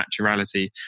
naturality